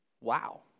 wow